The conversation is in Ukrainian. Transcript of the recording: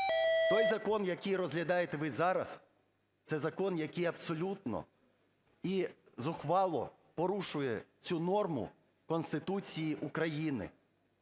Той закон, який розглядаєте ви зараз, це закон, який абсолютно і зухвало порушує цю норму Конституції України.